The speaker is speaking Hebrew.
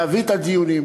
להביא את הדיונים,